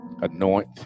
Anoint